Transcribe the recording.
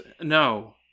No